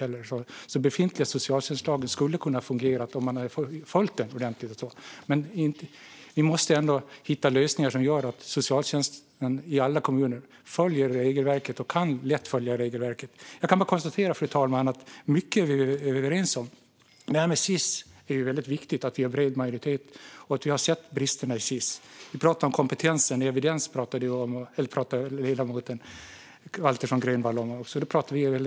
Den befintliga socialtjänstlagen skulle alltså ha kunnat fungera om man hade följt den ordentligt. Vi måste hitta lösningar som gör att socialtjänsten i alla kommuner följer regelverket och lätt kan göra det. Fru talman! Jag kan bara konstatera att vi är överens om mycket. Vi har sett bristerna som rör Sis, och det är väldigt viktigt att vi har en bred majoritet kring detta. Vi pratar väldigt mycket om både kompetens och evidens, något som ledamoten också pratar om.